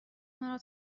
مرا